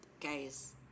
guys